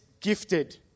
gifted